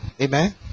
amen